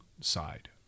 side